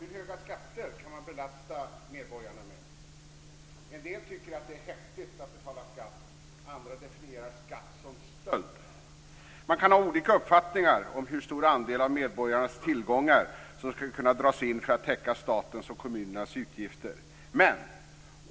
Herr talman! Hur höga skatter skall man belasta medborgarna med? En del tycker att det är häftigt att betala skatt. Andra definierar skatt som stöld. Man kan ha olika uppfattningar om hur stor andel av medborgarnas tillgångar som skall kunna dras in för att täcka statens och kommunernas utgifter.